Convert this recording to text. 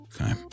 Okay